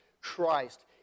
Christ